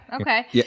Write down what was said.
Okay